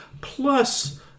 plus